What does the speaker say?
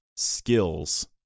Skills